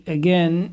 again